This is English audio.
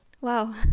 Wow